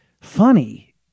funny